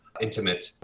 intimate